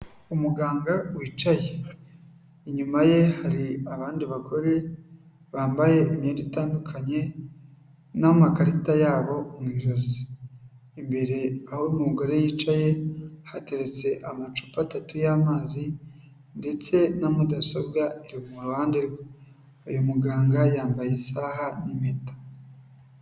Umuganga wicaye, inyuma ye hari abandi bagore bambaye imyenda itandukanye n'amakarita yabo mu ijosi, imbere aho umugore yicaye, hateretse amacupa atatu y'amazi ndetse na mudasobwa iri mu ruhande rwe, uyu muganga yambaye isaha n'impeta.